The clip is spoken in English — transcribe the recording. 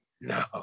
No